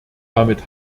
damit